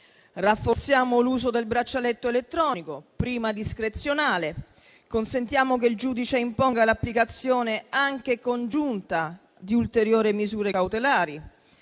Rafforziamo l'uso del braccialetto elettronico, prima discrezionale. Consentiamo che il giudice imponga l'applicazione, anche congiunta, di ulteriori misure cautelari.